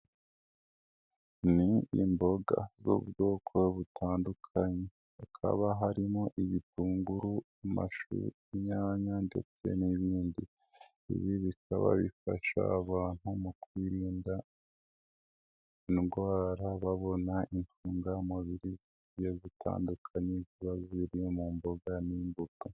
Ni imboga z'ubwoko butandukanye, hakaba harimo; ibitunguru, amashu, imyanya, ndetse n'ibindi. Ibi bikaba bifasha abantu mu kwirinda indwara babona intungamubiri zigiye zitandukanye ziba ziri mu mboga n'imbuto.